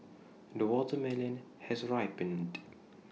the watermelon has ripened